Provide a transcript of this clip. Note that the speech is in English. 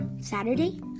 Saturday